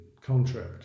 contract